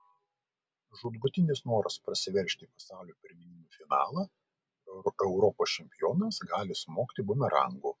žūtbūtinis noras prasiveržti į pasaulio pirmenybių finalą europos čempionams gali smogti bumerangu